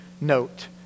note